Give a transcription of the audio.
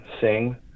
sing